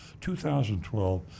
2012